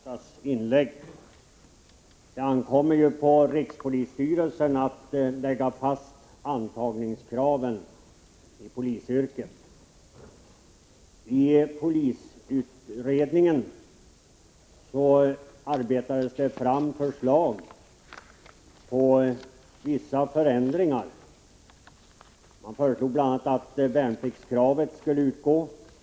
Herr talman! Jag vill göra en kommentar till Erkki Tammenoksas inlägg. Det ankommer på rikspolisstyrelsen att lägga fast antagningskraven för polisyrket. Polisberedningen arbetade fram förslag till vissa förändringar, bl.a. att värnpliktskravet skulle utgå.